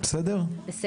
חמש